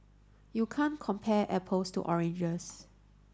you can't compare apples to oranges